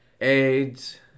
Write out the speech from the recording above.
AIDS